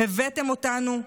הבאתם אותנו,